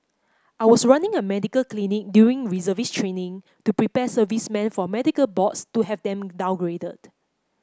I was running a medical clinic during reservist training to prepare servicemen for medical boards to have them downgraded